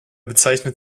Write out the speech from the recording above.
bezeichnet